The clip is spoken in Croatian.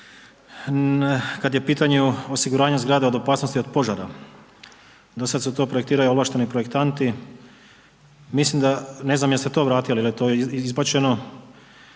kada je u pitanju osiguranje zgrada od opasnosti od požara. Do sada su to projektirali ovlašteni projektanti. Mislim da, ne znam jeste li to vratili ili je to izbačeno.